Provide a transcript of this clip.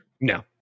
No